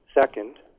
Second